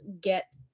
get